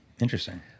interesting